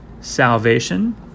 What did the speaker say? salvation